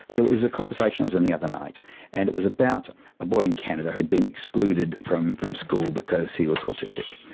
there was a conversation i was in the other night and it was about a boy in canada who had been excluded from from school because he was autistic,